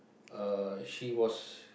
uh she was